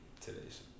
today's